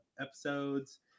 episodes